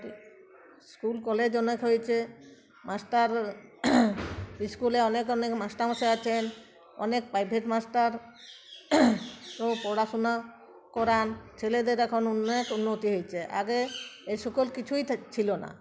school college অনেক হয়েছে master স্কুলে অনেক অনেক মাস্টারমশায় আছেন অনেক প্রাইভেট মাস্টার স পড়াশুনা করান ছেলেদের এখন উনেক উন্নতি হয়েছে আগে এই সকল কিছুই ছিলো না